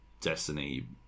Destiny